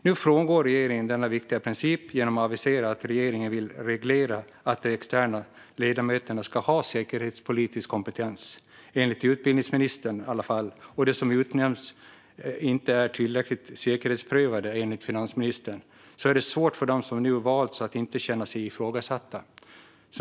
Nu frångår regeringen denna viktiga princip genom att avisera att man vill reglera att de externa ledamöterna ska ha säkerhetspolitisk kompetens - i alla fall enligt utbildningsministern - och genom att säga att de som har utnämnts inte är tillräckligt säkerhetsprövade, enligt finansministern. Då är det svårt för dem som nu valts att inte känna sig ifrågasatta.